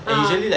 ah